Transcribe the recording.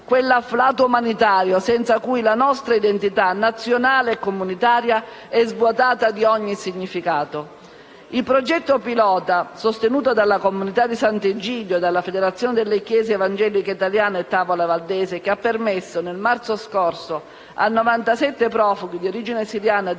quell'afflato umanitario senza cui la nostra identità, nazionale e comunitaria, è svuotata di ogni significato. Il progetto pilota sostenuto dalla Comunità di sant'Egidio, dalla Federazione delle chiese evangeliche in Italia e dalla Tavola valdese che, nel marzo scorso, ha permesso a 97 profughi di origine siriana